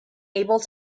able